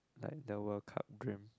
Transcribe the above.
like the World Cup dream